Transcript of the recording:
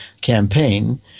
campaign